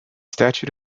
statute